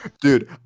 dude